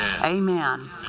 Amen